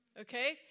Okay